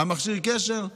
מכשיר הקשר,